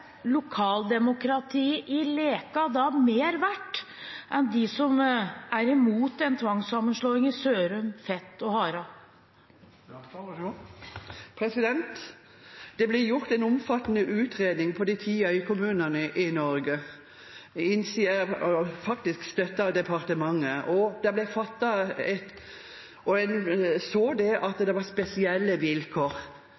lokaldemokratiet i Leka mer verdt enn dem som er imot en tvangssammenslåing i Sørum, i Fet og i Haram? Det ble gjort en omfattende utredning på den tiden i kommunene i Norge, faktisk støttet av departementet. En så at det var spesielle vilkår. Leka var den eneste av disse øykommunene som da ble sammenslått, og det